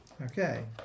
Okay